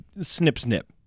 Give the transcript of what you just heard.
snip-snip